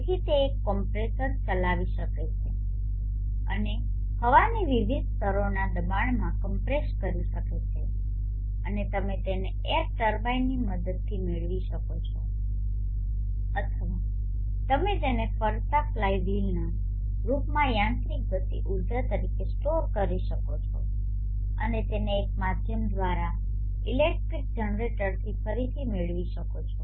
તેથી તે એક કોમ્પ્રેસર ચલાવી શકે છે અને હવાને વિવિધ સ્તરોના દબાણમાં કમ્પ્રેસ કરી શકે છે અને તમે તેને એર ટર્બાઇનની મદદથી મેળવી શકો છો અથવા તમે તેને ફરતા ફ્લાય વ્હીલના રૂપમાં યાંત્રિક ગતિ ઉર્જા તરીકે સ્ટોર કરી શકો છો અને તેને એક માધ્યમ દ્વારા ઇલેક્ટ્રિક જનરેટર થી ફરીથી મેળવી શકો છો